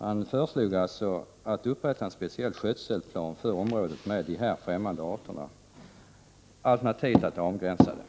Man föreslog alltså att det skulle upprättas en speciell skötselplan för området med de främmande arterna, alternativt skulle man avgränsa området.